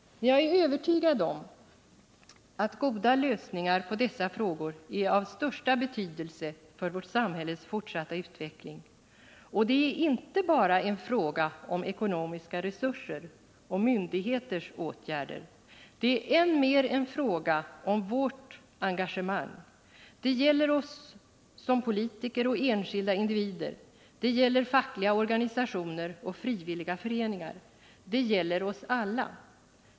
Jag är övertygad om att goda lösningar på dessa frågor är av största betydelse för vårt samhälles fortsatta utveckling. Det är inte bara en fråga om ekonomiska resurser och myndigheters åtgärder. Det är än mer en fråga om engagemang. Det gäller oss som politiker och enskilda individer, det gäller fackliga organisationer och frivilliga föreningar. Det gäller oss alla.